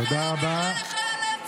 תודה רבה.